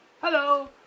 hello